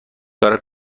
دارم